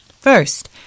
First